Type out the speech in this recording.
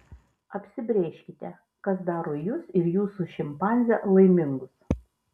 apsibrėžkite kas daro jus ir jūsų šimpanzę laimingus